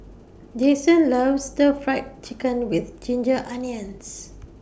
Jason loves Stir Fried Chicken with Ginger Onions